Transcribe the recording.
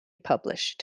published